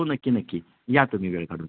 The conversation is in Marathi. हो नक्की नक्की या तुम्ही वेळ काढून